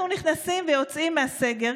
אנחנו נכנסים ויוצאים מהסגר,